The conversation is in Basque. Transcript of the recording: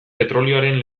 petrolioaren